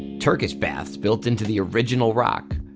turkish baths built into the original rock.